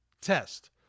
test